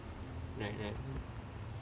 right right